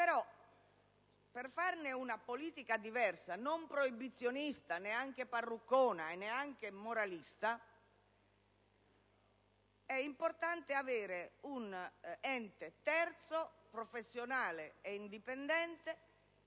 però, per fare una politica diversa, non proibizionista, non parruccona e neanche moralista, è importante avere un ente terzo, professionale e indipendente,